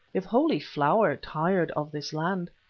if holy flower tired of this land,